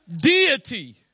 deity